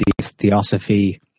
theosophy